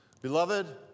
Beloved